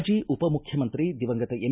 ಮಾಜಿ ಉಪಮುಖ್ಯಮಂತ್ರಿ ದಿವಂಗತ ಎಂ